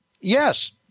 Yes